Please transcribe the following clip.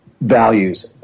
values